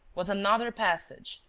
was another passage,